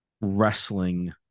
Wrestling